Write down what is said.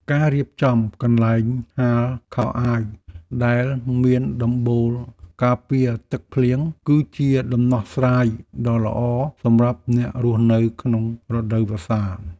ការរៀបចំកន្លែងហាលខោអាវដែលមានដំបូលការពារទឹកភ្លៀង គឺជាដំណោះស្រាយដ៏ល្អសម្រាប់អ្នករស់នៅក្នុងរដូវវស្សា។